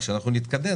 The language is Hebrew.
כשאנחנו נתקדם,